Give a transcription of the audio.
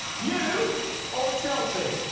you or chelsea?